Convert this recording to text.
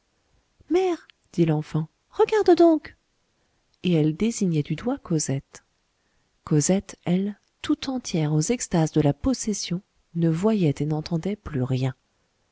mère dit l'enfant regarde donc et elle désignait du doigt cosette cosette elle tout entière aux extases de la possession ne voyait et n'entendait plus rien